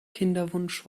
kinderwunsch